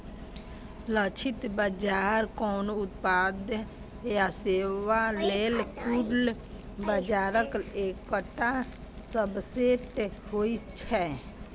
लक्षित बाजार कोनो उत्पाद या सेवा लेल कुल बाजारक एकटा सबसेट होइ छै